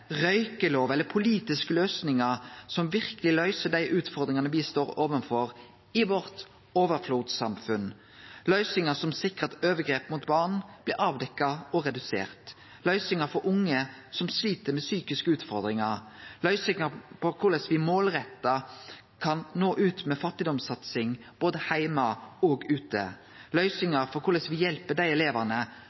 «røykjelovar» eller politiske løysingar som verkeleg løyser dei utfordringane me står overfor i vårt overflodssamfunn – løysingar som sikrar at overgrep mot barn blir avdekte og talet redusert, løysingar for unge som slit med psykiske utfordringar, løysingar på korleis me målretta kan nå ut med fattigdomssatsing både heime og ute, løysingar for korleis me hjelper dei elevane